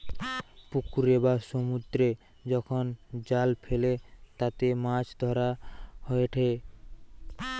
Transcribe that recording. পুকুরে বা সমুদ্রে যখন জাল ফেলে তাতে মাছ ধরা হয়েটে